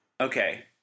Okay